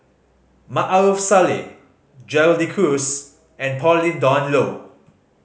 Maarof Salleh Gerald De Cruz and Pauline Dawn Loh